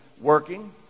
working